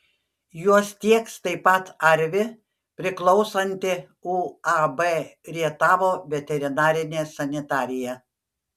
juos tieks taip pat arvi priklausanti uab rietavo veterinarinė sanitarija